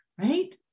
right